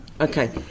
Okay